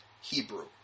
Hebrew